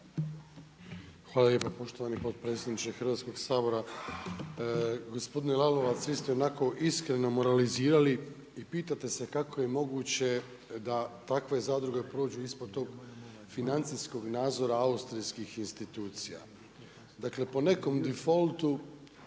Hvala lijepa poštovani potpredsjedniče Hrvatskog sabora. Gospodine Lalovac, vi ste onako iskreno moralizirali i pitate se kako je moguće da takve zadruge prođu ispod tog financijskog nadzor austrijskih institucija. Dakle, po nekom difoltu,